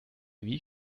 wie